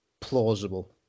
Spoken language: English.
plausible